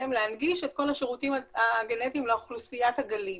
להנגיש את כל השירותים הגנטיים לאוכלוסיית הגליל